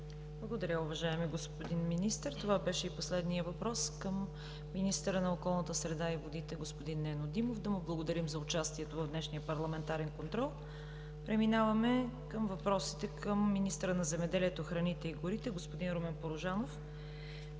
Благодаря, уважаеми господин Министър. Това беше и последният въпрос към министъра на околната среда и водите господин Нено Димов. Да му благодарим за участието в днешния Парламентарен контрол. Преминаваме към въпросите към министъра на земеделието, храните и горите господин Румен Порожанов.